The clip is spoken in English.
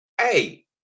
hey